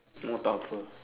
more tougher